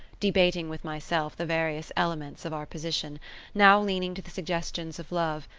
debating with myself the various elements of our position now leaning to the suggestions of love,